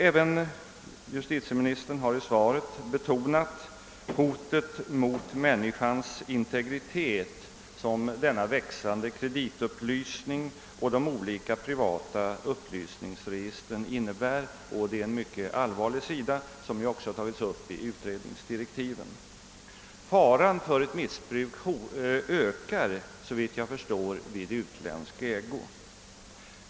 Även justitieministern har i svaret betonat det hot mot människans integritet som den växande kreditupplysningen och de olika privata upplysningsregistren innebär. Detta är en mycket allvarlig sida, som också tagits upp i utredningsdirektiven. Faran för ett missbruk ökar, såvitt jag förstår, vid utländsk ägo.